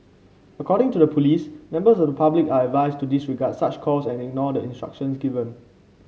according to the police members of public are advised to disregard such calls and ignore the instructions given